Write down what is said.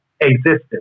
existence